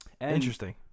Interesting